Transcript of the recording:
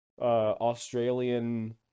Australian